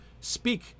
speak